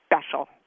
special